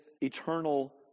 eternal